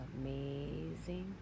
amazing